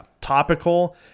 topical